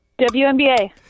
WNBA